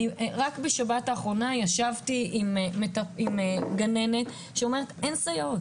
רק בשבת האחרונה ישבתי עם גננת שאומרת שאין סייעות,